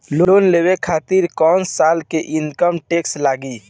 Loan लेवे खातिर कै साल के इनकम टैक्स लागी?